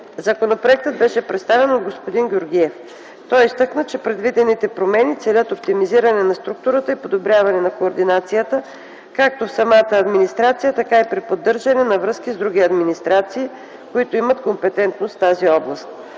Законопроектът беше представен от господин Георгиев. Той изтъкна, че предвидените промени целят оптимизиране на структурата и подобряване на координацията както в самата администрация, така и при поддържане на връзки с други администрации, които имат компетентност в тази област.